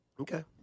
Okay